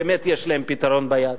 באמת יש להם פתרון ביד.